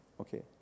okay